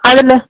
அதில்